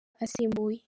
asimbuye